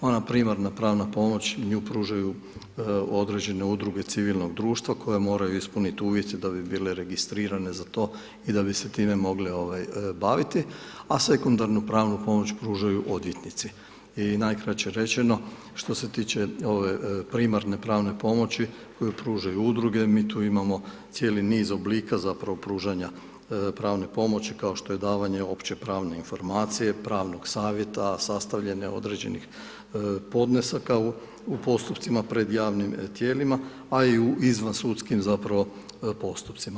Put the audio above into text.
Ona primarna pravna pomoć, nju pružaju određene udruge civilnog društva koje moraju ispuniti uvjete da bi bile registrirane za to i da bi se time mogle baviti a sekundarnu pravnu pomoć pružaju odvjetnici i najkraće rečeno, što se tiče ove primarne pravne pomoći koju pružaju udruge, mi tu imamo cijeli niz oblika zapravo pružanja pravne pomoć kao što je davanje opće pravne informacije, pravnog savjeta, sastavljanje određenih podnesaka u postupcima pred javnim tijelima a i u izvansudskim zapravo postupcima.